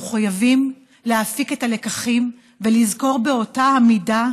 אנחנו חייבים להפיק את הלקחים ולזכור באותה המידה